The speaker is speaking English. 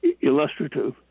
illustrative